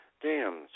dams